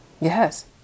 Yes